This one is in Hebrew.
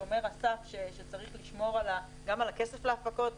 שומר סף שצריך לשמור גם על הכסף להפקות,